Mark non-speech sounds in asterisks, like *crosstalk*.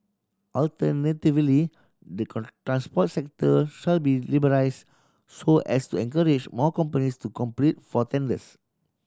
alternatively the *unintelligible* transport sector shall be liberalise so as to encourage more companies to compete for tenders